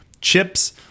Chip's